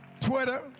Twitter